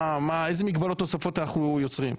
איזה מגבלות נוספות אנחנו יוצרים?